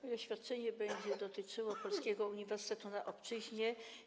Moje oświadczenie będzie dotyczyło Polskiego Uniwersytetu na Obczyźnie.